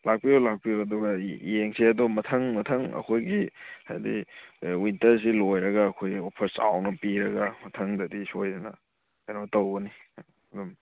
ꯂꯥꯛꯄꯤꯔꯣ ꯂꯥꯛꯄꯤꯔꯣ ꯑꯗꯨꯒ ꯌꯦꯡꯁꯦ ꯑꯗꯣ ꯃꯊꯪ ꯃꯊꯪ ꯑꯩꯈꯣꯏꯒꯤ ꯍꯥꯏꯗꯤ ꯋꯤꯟꯇꯔꯁꯤ ꯂꯣꯏꯔꯒ ꯑꯩꯈꯣꯏꯒꯤ ꯑꯣꯐꯔ ꯆꯥꯎꯅ ꯄꯤꯔꯒ ꯃꯊꯪꯗꯗꯤ ꯁꯣꯏꯗꯅ ꯀꯩꯅꯣ ꯇꯧꯒꯅꯤ ꯑꯗꯨꯝ